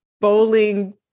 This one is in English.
bowling